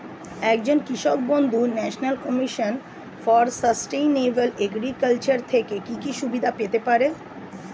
একজন কৃষক বন্ধু national commission for sustainable agriculture এর থেকে কি কি সুবিধা পেতে পারে?